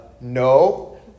No